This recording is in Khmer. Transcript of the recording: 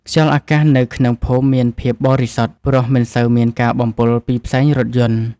ខ្យល់អាកាសនៅក្នុងភូមិមានភាពបរិសុទ្ធ ព្រោះមិនសូវមានការបំពុលពីផ្សែងរថយន្ដ។